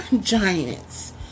giants